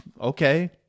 okay